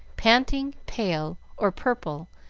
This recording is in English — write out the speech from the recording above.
panting, pale, or purple,